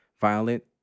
violent